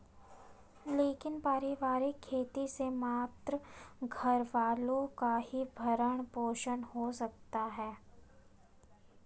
लेकिन पारिवारिक खेती से मात्र घरवालों का ही भरण पोषण हो सकता है